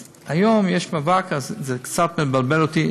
אז היום יש מאבק כזה, זה קצת מבלבל אותי.